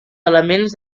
elements